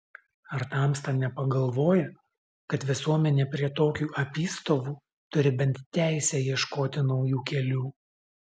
ar tamsta nepagalvoji kad visuomenė prie tokių apystovų turi bent teisę ieškoti naujų kelių